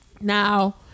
Now